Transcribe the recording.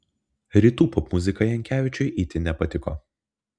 rytų popmuzika jankevičiui itin nepatiko